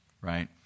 right